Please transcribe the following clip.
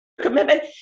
commitment